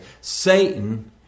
Satan